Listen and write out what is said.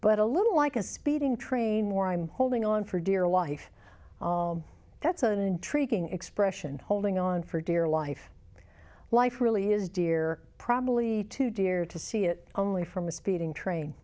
but a little like a speeding train more i'm holding on for dear life that's an intriguing expression holding on for dear life life really is dear probably too dear to see it only from a speeding train